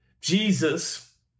Jesus